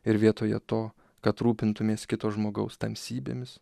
ir vietoje to kad rūpintumės kito žmogaus tamsybėmis